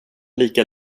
lika